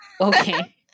Okay